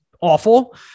awful